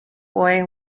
boy